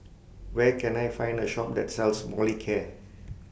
Where Can I Find A Shop that sells Molicare